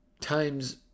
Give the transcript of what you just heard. times